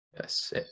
yes